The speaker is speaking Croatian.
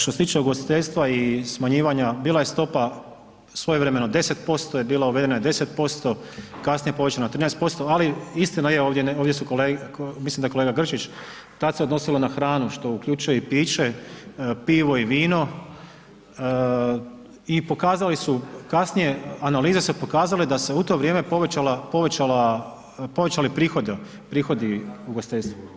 Što se tiče ugostiteljstva i smanjivanja bila je stopa svojevremeno 10%, je bila uvedena 10%, kasnije povećana na 13%, ali istina je ovdje su kolege, mislim da je kolega Grčić tad se odnosilo na hranu što uključuje i piće, pivo i vino i pokazali su kasnije, analize su pokazale da se u to vrijeme povećala, povećala, povećali prihodi ugostiteljstvu.